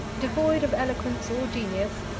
devoid of eloquence or genius,